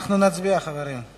אנחנו נצביע, חברים.